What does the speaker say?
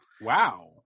Wow